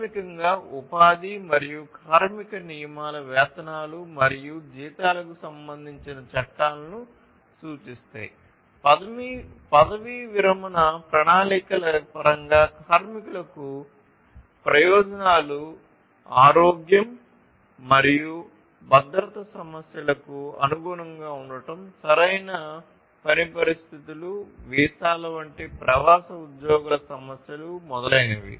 ప్రాథమికంగా ఉపాధి మరియు కార్మిక నియమాలు వేతనాలు మరియు జీతాలకు సంబంధించిన చట్టాలను సూచిస్తాయి పదవీ విరమణ ప్రణాళికల పరంగా కార్మికులకు ప్రయోజనాలు ఆరోగ్యం మరియు భద్రతా సమస్యలకు అనుగుణంగా ఉండటం సరైన పని పరిస్థితులు వీసాల వంటి ప్రవాస ఉద్యోగుల సమస్యలు మొదలైనవి